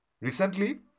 Recently